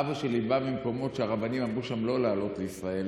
אבא שלי בא ממקומות שהרבנים אמרו שם לא לעלות לישראל